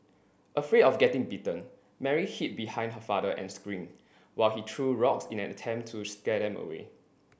afraid of getting bitten Mary hid behind her father and screamed while he threw rocks in an attempt to scare them away